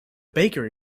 bakery